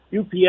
ups